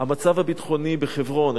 המצב הביטחוני בחברון,